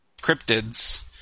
cryptids